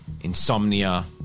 insomnia